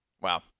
Wow